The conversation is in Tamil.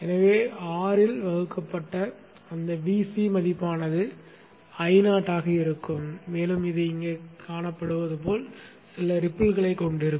எனவே R ஆல் வகுக்கப்பட்ட அந்த Vc மதிப்பானது Io ஆக இருக்கும் மேலும் அது இங்கே காணப்படுவது போல் சில ரிப்பில் களைக் கொண்டிருக்கும்